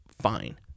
Fine